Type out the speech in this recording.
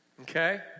okay